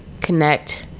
Connect